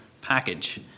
package